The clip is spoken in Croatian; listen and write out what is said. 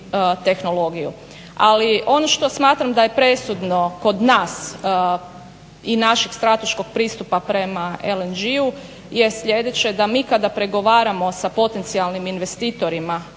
Ali ono što smatram da je presudno kod nas i našeg strateškog pristupa prema LNG-u je slijedeće: da mi kada pregovaramo s potencijalnim investitorima,